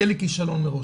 יהיה לי כישלון מראש.